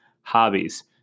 hobbies